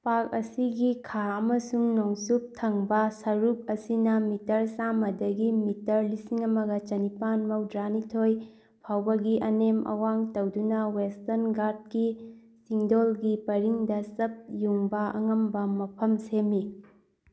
park ꯑꯁꯤꯒꯤ ꯈꯥ ꯑꯃꯁꯨꯡ ꯅꯣꯡꯆꯨꯞ ꯊꯪꯕ ꯁꯔꯨꯛ ꯑꯁꯤꯅ ꯃꯤꯇꯔ ꯆꯥꯝꯃꯗꯒꯤ ꯃꯤꯇꯔ ꯂꯤꯁꯤꯡ ꯑꯃꯒ ꯆꯅꯤꯄꯥꯟ ꯃꯧꯗ꯭ꯔꯥꯅꯤꯊꯣꯏ ꯐꯥꯎꯕꯒꯤ ꯑꯅꯦꯝ ꯑꯋꯥꯡ ꯇꯧꯗꯨꯅ ꯋꯦꯁꯇꯔꯟ ꯒꯥꯠꯀꯤ ꯆꯤꯡꯗꯣꯜꯒꯤ ꯄꯔꯤꯡꯗ ꯆꯞ ꯌꯨꯡꯕ ꯑꯉꯝꯕ ꯃꯐꯝ ꯁꯦꯝꯃꯤ